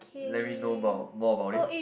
let me know about more about it